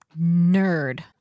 nerd